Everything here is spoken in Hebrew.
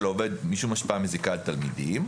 העובד משום השפעה מזיקה על תלמידים",